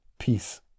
Peace